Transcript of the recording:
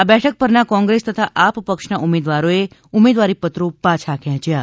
આ બેઠક પરના કોંગ્રેસ તથા આપ પક્ષના ઉમેદવારોએ ઉમેદવારીપત્રો પાછા ખેંચ્યા હતા